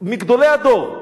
שהם מגדולי הדור.